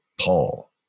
Paul